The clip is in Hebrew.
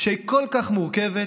שהיא כל כך מורכבת,